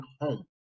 home